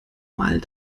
mal